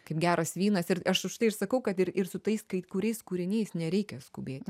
kaip geras vynas ir aš užtai ir sakau kad ir ir su tais kai kuriais kūriniais nereikia skubėti